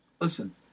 Listen